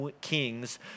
kings